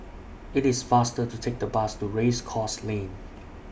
IT IS faster to Take The Bus to Race Course Lane